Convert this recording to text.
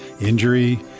injury